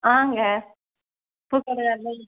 ஆங்க பூக்கடைதாங்க